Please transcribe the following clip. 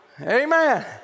amen